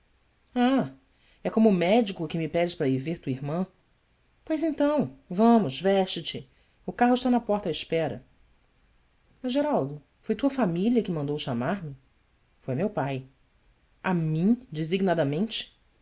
ah é como médico que me pedes para ir ver tua irmã ois então vamos veste te o carro está na porta à espera as eraldo oi tua família que mandou chamar-me oi meu pai mim designadamente esta